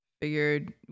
figured